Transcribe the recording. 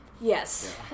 yes